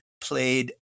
played